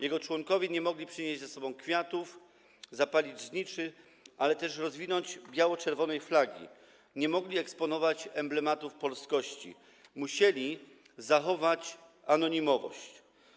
Jego członkowie nie mogli przynieść ze sobą kwiatów, zapalić zniczy ani też rozwinąć biało-czerwonej flagi, nie mogli eksponować emblematów polskości, musieli zachować anonimowość.